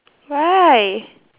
why